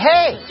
Hey